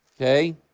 okay